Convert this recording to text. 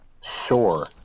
Sure